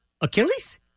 Achilles